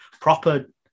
proper